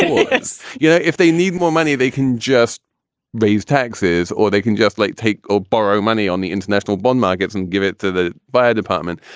you know, if they need more money, they can just raise taxes or they can just like take or borrow money on the international bond markets and give it to the fire department.